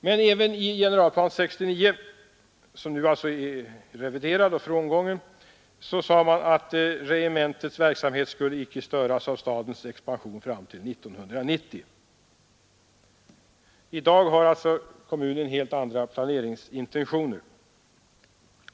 Men även i generalplan 69, som nu alltså är reviderad och frångången, sade man att regementets verksamhet inte skulle störas av kommunens expansion fram till 1990. I dag har kommunen alltså helt andra planeringsintentioner.